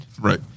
Right